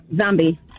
Zombie